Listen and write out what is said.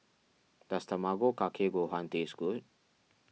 does Tamago Kake Gohan taste good